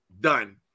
done